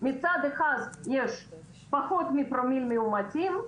מצד אחד יש פחות מפרומיל מאומתים,